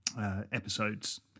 episodes